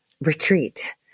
retreat